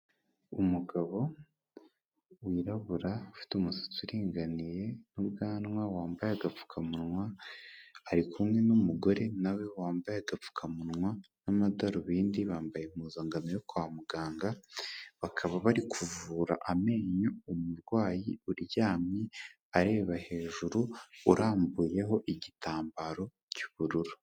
Umugabo wirabura ufite umusatsi uringaniye n'ubwanwa, wambaye agapfukamunwa, ari kumwe n'umugore na we wambaye agapfukamunwa n'amadarubindi, bambaye impuzankano yo kwa muganga, bakaba bari kuvura amenyo umurwayi uryamye areba hejuru urambuyeho igitambaro cy'ubururu.